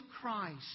Christ